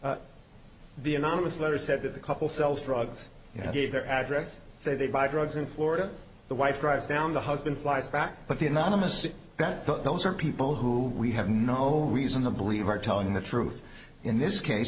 believe the anonymous letter said that the couple sells drugs you know gave their address so they buy drugs in florida the wife drives down the husband flies back but the anonymous that that those are people who we have no reason to believe are telling the truth in this case